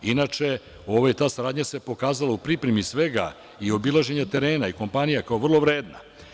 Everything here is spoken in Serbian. Inače, ta saradnja se pokazala u pripremi svega, u obilaženju terena, kompanija, kao vrlo vredna.